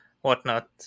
whatnot